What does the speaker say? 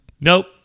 Nope